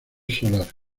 solar